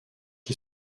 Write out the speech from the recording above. qui